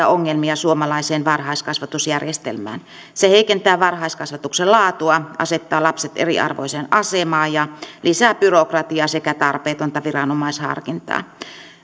vakavia ongelmia suomalaiseen varhaiskasvatusjärjestelmään se heikentää varhaiskasvatuksen laatua asettaa lapset eriarvoiseen asemaan ja lisää byrokratiaa sekä tarpeetonta viranomaisharkintaa